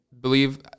believe